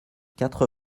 quatre